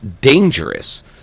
dangerous